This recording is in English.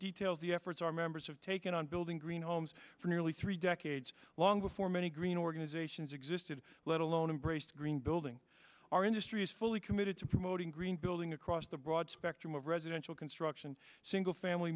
details the efforts our members have taken on building green homes for nearly three decades long before many green organizations existed let alone embraced green building our industry is fully committed to promoting green building across the broad spectrum of residential construction single family